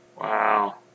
wow